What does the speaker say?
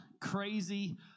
crazy